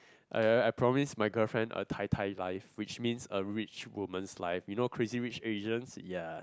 I I promise my girlfriend a Tai Tai life which means a rich woman's life you know Crazy-Rich-Asians ya